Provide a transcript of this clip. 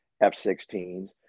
F-16s